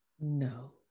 No